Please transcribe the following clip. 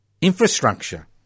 infrastructure